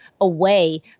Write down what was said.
away